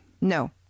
No